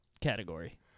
category